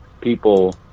people